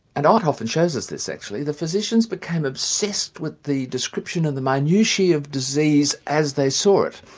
and art often shows us this actually, the physicians became obsessed with the description of the minutiae of disease as they saw it,